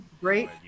Great